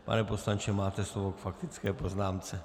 Pane poslanče, máte slovo k faktické poznámce.